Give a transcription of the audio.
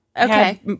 Okay